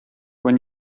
when